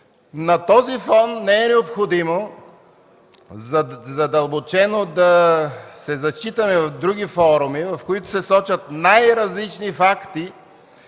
На този фон не е необходимо задълбочено да се зачитаме в други форуми, в които се сочат най-различни факти